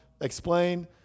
explain